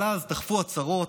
אבל אז תכפו הצרות,